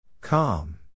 Calm